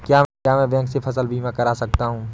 क्या मैं बैंक से फसल बीमा करा सकता हूँ?